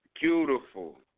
Beautiful